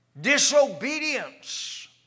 Disobedience